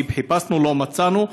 כי חיפשנו ולא מצאנו.